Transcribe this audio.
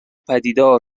پدیدار